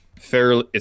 fairly